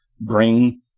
bring